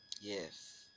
yes